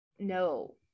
no